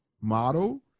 model